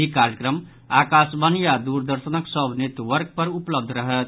ई कार्यक्रम आकाशवाणी आ दूरदर्शनक सभ नेटवर्क पर उपलब्ध रहत